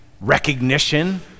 recognition